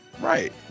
Right